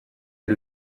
est